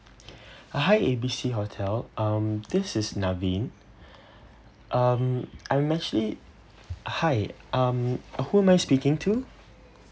uh hi A B C hotel um this is naveen um I actually hi um who am I speaking to